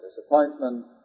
disappointment